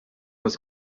was